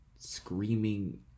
screaming